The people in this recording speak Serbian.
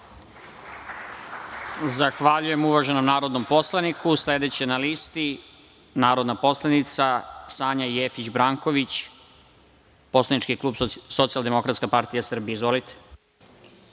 Zahvaljujem uvaženom narodnom poslaniku. Sledeća na listi je narodna poslanica Sanja Jefić Branković, poslanički klub Socijaldemokratska partija Srbije. Izvolite.